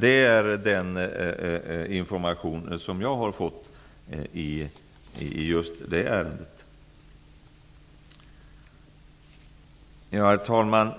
Det är den information som jag har fått. Herr talman!